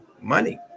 money